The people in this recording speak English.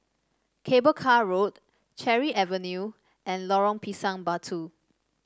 Cable Car Road Cherry Avenue and Lorong Pisang Batu